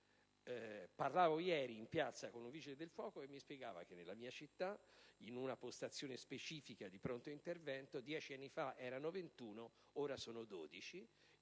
Parlavo ieri, in piazza, con un vigile del fuoco che mi spiegava che nella mia città, in una postazione specifica di pronto intervento, dieci anni fa erano in 21 e ora sono in